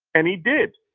and he did.